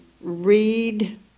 read